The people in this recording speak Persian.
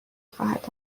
خواهد